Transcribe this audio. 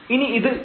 ഇനി ഇത് 12x2